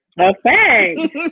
Okay